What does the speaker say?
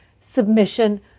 submission